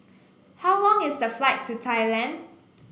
how long is the flight to Thailand